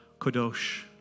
kadosh